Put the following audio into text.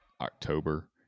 October